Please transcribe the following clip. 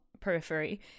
periphery